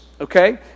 okay